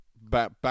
back